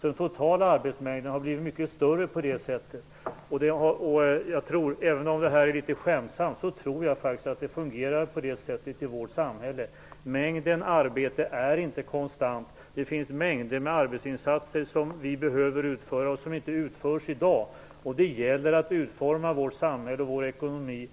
Den totala arbetsmängden har alltså blivit mycket större på det sättet. Nu säger jag det här litet skämtsamt, men jag tror faktiskt att det fungerar på det sättet i vårt samhälle. Mängden arbete är inte konstant. Det finns mängder av arbetsinsatser som behöver utföras men som inte utförs i dag. Det gäller att utforma vårt samhälle och vår ekonomi